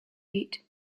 eat